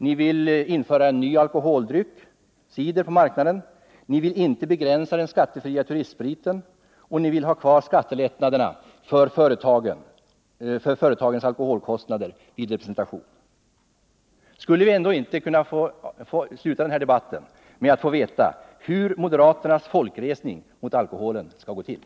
Ni vill införa en ny alkoholdryck, cider, på marknaden. Ni vill inte begränsa den skattefria turistspriten. Och ni vill ha kvar skattelättnaderna för företagens alkoholkostnader vid representation. Kan vi ändå inte, nu i slutet av denna debatt, få veta hur moderaternas folkresning mot alkoholen skall gå till?